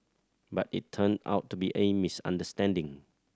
but it turned out to be a misunderstanding